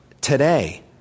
today